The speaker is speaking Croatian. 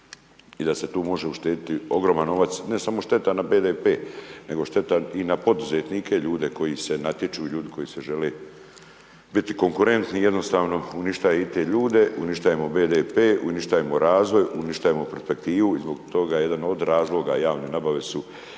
i da se tu može uštedjeti ogroman novac, ne samo šteta na BDP nego šteta i na poduzetnike, ljude koji se natječu i ljudi koji se žele biti konkurentni, jednostavno uništavaju i te ljude, uništavamo i BDP, uništavamo razvoj, uništavamo perspektivu, zbog toga jedan od razloga javne nabave su